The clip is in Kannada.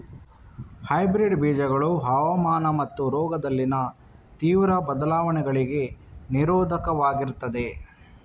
ಹೈಬ್ರಿಡ್ ಬೀಜಗಳು ಹವಾಮಾನ ಮತ್ತು ರೋಗದಲ್ಲಿನ ತೀವ್ರ ಬದಲಾವಣೆಗಳಿಗೆ ನಿರೋಧಕವಾಗಿರ್ತದೆ